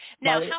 Now